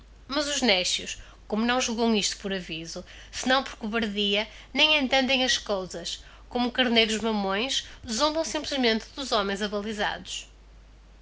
mas os néscios como não julgão isto por aviso senão por cobardia nem entendem as cousas como carneiros mamões zombão simplesmente dos homens abalizados